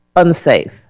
Unsafe